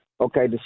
Okay